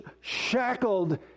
shackled